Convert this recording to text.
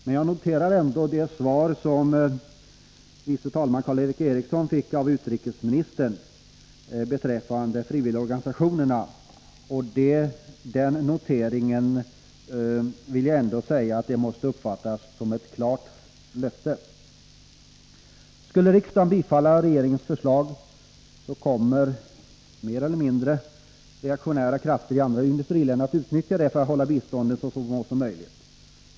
Men jag noterar ändå det svar som tredje vice talman Karl Erik Eriksson fick av utrikesministern beträffande de frivilliga organisationerna. Den noteringen måste jag uppfatta som ett klart löfte. Skulle riksdagen bifalla regeringens förslag kommer mer eller mindre reaktionära krafter i andra industriländer att utnyttja detta för att hålla bistånden så små som möjligt.